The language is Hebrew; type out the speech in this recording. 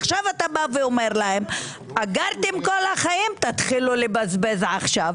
עכשיו אתה אומר להם: אגרתם כל החיים תתחילו לבזבז עכשיו,